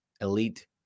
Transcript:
elite